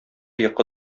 йокы